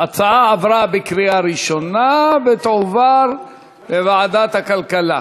ההצעה עברה בקריאה ראשונה ותועבר לוועדת הכלכלה.